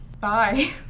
Bye